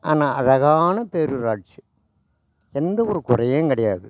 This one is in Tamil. ஆனால் அழகான பேரூராட்சி எந்தவொரு குறையும் கிடையாது